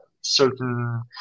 certain